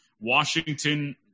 Washington